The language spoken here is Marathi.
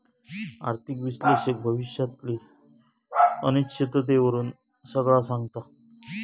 आर्थिक विश्लेषक भविष्यातली अनिश्चिततेवरून सगळा सांगता